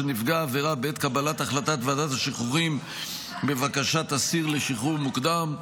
נפגע העבירה בעת קבלת החלטת ועדת השחרורים בבקשת אסיר לשחרור מוקדם,